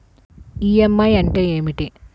EMI అంటే ఏమిటి?